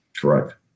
Correct